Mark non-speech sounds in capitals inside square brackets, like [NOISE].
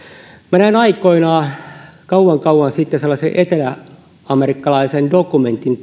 näin aikoinaan kauan kauan sitten telkkarissa sellaisen eteläamerikkalaisen dokumentin [UNINTELLIGIBLE]